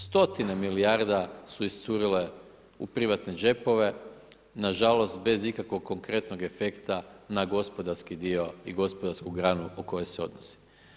Stotine milijarda su iscurile u privatne džepove, nažalost, bez ikakvog konkretnog efekta, na gospodarski dio i gospodarski granu o kojoj se odnosi.